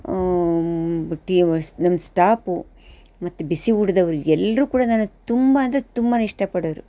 ನಮ್ಮ ಸ್ಟಾಫು ಮತ್ತು ಬಿಸಿ ಊಟದವರು ಎಲ್ಲರೂ ಕೂಡ ನನ್ನನ್ನು ತುಂಬ ಅಂದರೆ ತುಂಬಾ ಇಷ್ಟಪಡೋವ್ರು